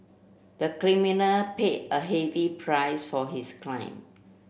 the criminal paid a heavy price for his crime